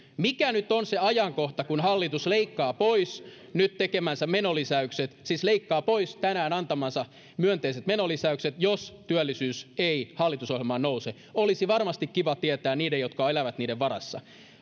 mikä nyt on se ajankohta kun hallitus leikkaa pois nyt tekemänsä menolisäykset siis leikkaa pois tänään antamansa myönteiset menolisäykset jos työllisyys ei hallitusohjelmaan nouse olisi varmasti kiva tietää niiden jotka elävät niiden varassa